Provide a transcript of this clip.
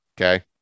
okay